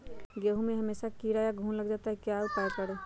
गेंहू में हमेसा कीड़ा या घुन लग जाता है क्या करें?